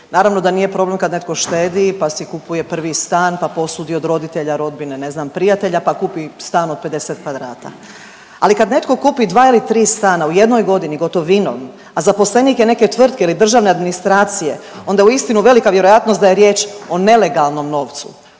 Naravno da nije problem kad netko štedi pa si kupuje prvi stan pa posudi od roditelja, rodbine, ne znam, prijatelja, pa kupi stan od 50 kvadrata, ali kad netko kupi 2 ili 3 stana u jednoj godini gotovinom, a zaposlenik je neke tvrtke ili državne administracije, onda je uistinu velika vjerojatnost da je riječ o nelegalnom novcu.